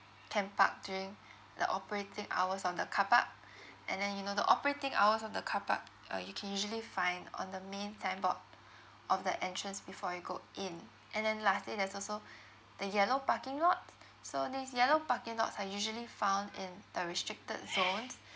can park during the operating hours on the carpark and then you know the operating hours of the carpark uh you can usually find on the main signboard of the entrance before you go in and then lastly there's also the yellow parking lots so these yellow parking lots are usually found in the restricted zones